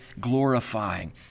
glorifying